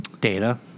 Data